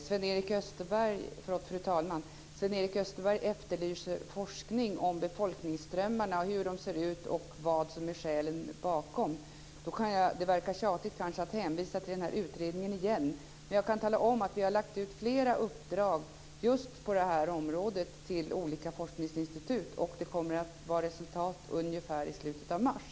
Fru talman! Sven-Erik Österberg efterlyser forskning om hur befolkningsströmmarna ser ut och vad som är skälen bakom dem. Det kanske verkar tjatigt att hänvisa till utredningen igen, men jag kan tala om att vi har lagt ut flera uppdrag just på detta område till olika forskningsinstitut. Resultatet kommer ungefär i slutet av mars.